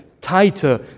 tighter